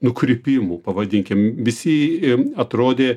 nukrypimų pavadinkim visi atrodė